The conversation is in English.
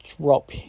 drop